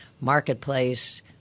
marketplace